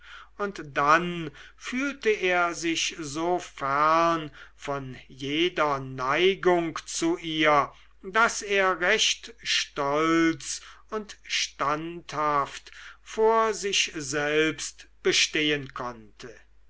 und dann fühlte er sich so fern von jeder neigung zu ihr daß er recht stolz und standhaft vor sich selbst bestehen konnte